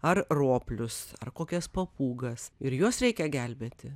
ar roplius ar kokias papūgas ir juos reikia gelbėti